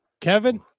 Kevin